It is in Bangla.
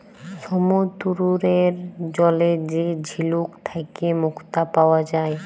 সমুদ্দুরের জলে যে ঝিলুক থ্যাইকে মুক্তা পাউয়া যায়